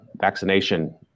vaccination